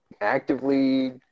actively